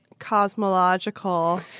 Cosmological